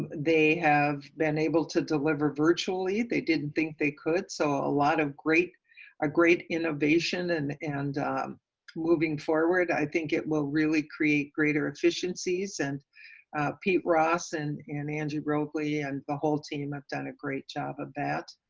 they have been able to deliver virtually. they didn't think they could, so a lot of great a great innovation and and moving moving forward, i think it will really create greater efficiencies. and pete ross and and angie rokely, and the whole team of done a great job of that.